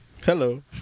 Hello